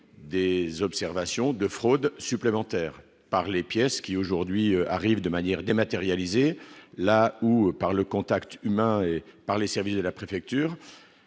des observations de fraude supplémentaires par les pièces qui aujourd'hui arrive de manière dématérialisée là ou par le contact humain et par les services de la préfecture,